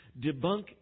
debunk